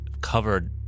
covered